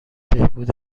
بهبود